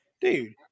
dude